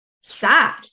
sad